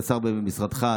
לשר במשרדך,